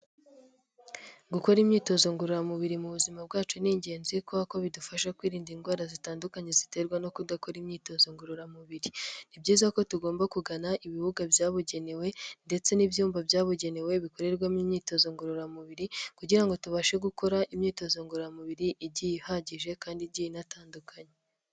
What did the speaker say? Gukora imyitozo ngororamubiri mu buzima bwacu ni ingenzi kubera bidufasha kwirinda indwara zitandukanye ziterwa no kudakora imyitozo ngororamubiri. Ni byiza ko tugomba kugana ibibuga byabugenewe ndetse n'ibyumba byabugenewe bikorerwamo imyitozo ngororamubiri kugira ngo tubashe gukora imyitozo ngororamubiri igiye ihagije kandi i igiye inatandukanye.